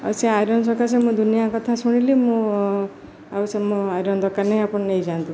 ଆଉ ସେ ଆଇରନ୍ ସକାଶ ମୁଁ ଦୁନିଆ କଥା ଶୁଣିଲି ମୁଁ ଆଉ ସେ ମୋ ଆଇରନ୍ ଦରକାର ନାହିଁ ଆପଣ ନେଇ ଯାଆନ୍ତୁ